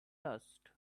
lost